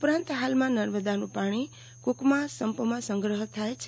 ઉપરાંત હાલમાં નર્મદાનું પાણી કુકમાં સંપમાં સંગ્રહ થાય છે